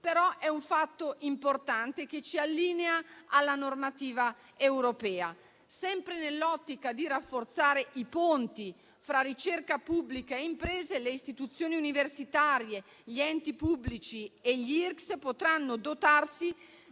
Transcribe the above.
però è un fatto importante che ci allinea alla normativa europea. Sempre nell'ottica di rafforzare i ponti fra ricerca pubblica e imprese, le istituzioni universitarie, gli enti pubblici e gli IRCCS potranno dotarsi